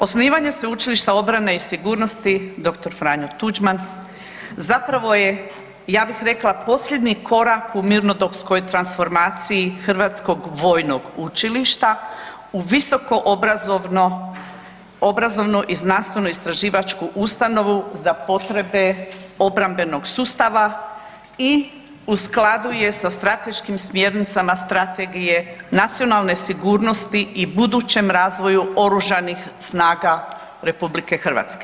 Osnivanje Sveučilišta obrane i sigurnosti Dr. Franjo Tuđman zapravo je ja bih rekla posljednji korak u mirnodopskoj transformaciji Hrvatskog vojnog učilišta u visoko obrazovnu i znanstveno istraživačku ustanovu za potrebe obrambenog sustava i u skladu je sa strateškim smjernicama strategije nacionalne sigurnosti i budućem razvoju Oružanih snaga RH.